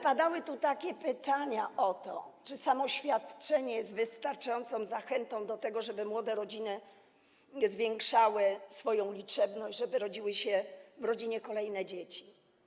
Padały tu pytania o to, czy samo świadczenie jest wystarczającą zachętą do tego, żeby młode rodziny zwiększały swoją liczebność, żeby rodziły się w rodzinie kolejne dzieci.